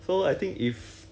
oh mm